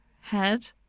head